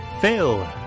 Phil